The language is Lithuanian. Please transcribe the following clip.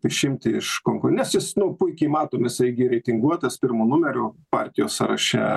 išimti iš konkurencijos nu puikiai matom jisai gi reitinguotas pirmu numeriu partijos sąraše